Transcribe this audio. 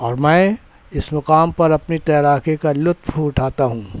اور میں اس مقام پر اپنی تیراکی كا لطف اٹھاتا ہوں